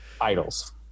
idols